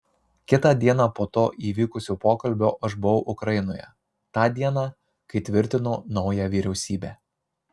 kitą dieną po to įvykusio pokalbio aš buvau ukrainoje tą dieną kai tvirtino naują vyriausybę